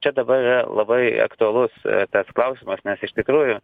čia dabar yra labai aktualus tas klausimas nes iš tikrųjų